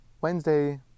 Wednesday